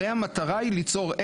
הרי המטרה היא ליצור,